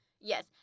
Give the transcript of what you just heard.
Yes